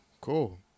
Cool